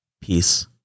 peace